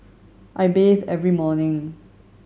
I bathe every morning